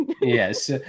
Yes